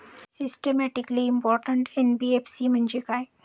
Systematically important NBFC म्हणजे काय?